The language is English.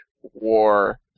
war